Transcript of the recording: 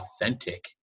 authentic